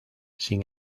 sin